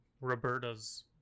roberta's